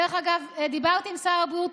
דרך אגב, דיברתי עם שר הבריאות.